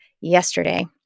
yesterday